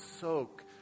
soak